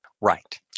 Right